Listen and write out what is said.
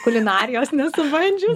kulinarijos nesu bandžius